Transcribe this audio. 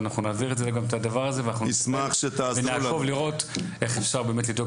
אנחנו נעביר גם את הדבר הזה ואנחנו נעקוב לראות איך אפשר באמת לדאוג